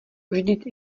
vždyť